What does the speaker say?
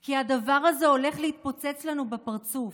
כי הדבר הזה הולך להתפוצץ לנו בפרצוף.